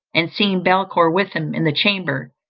and seeing belcour with him in the chamber,